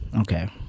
Okay